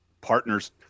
partners